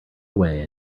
away